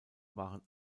waren